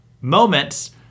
moments